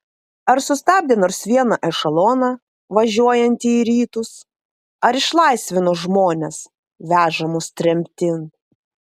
ar sustabdė nors vieną ešeloną važiuojantį į rytus ar išlaisvino žmones vežamus tremtin